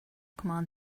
command